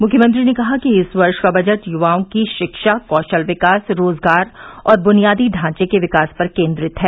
मुख्यमंत्री ने कहा कि इस वर्ष का बजट युवाओं की शिक्षा कौशल विकास रोजगार और ब्नियादी ढांचे के विकास पर केंद्रित है